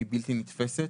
היא בלתי נתפסת.